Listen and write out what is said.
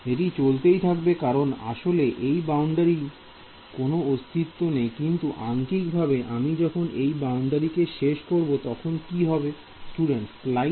এটি চলতেই থাকবে কারণ আসলে এই বাউন্ডারির কোন অস্তিত্ব নেই কিন্তু আংকিক ভাবে আমি যখন সেই বাউন্ডারি কে শেষ করব তখন কি হবে